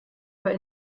bei